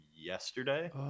yesterday